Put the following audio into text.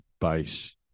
base